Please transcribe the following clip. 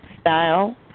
style